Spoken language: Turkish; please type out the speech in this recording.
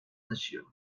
taşıyor